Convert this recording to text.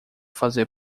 fazer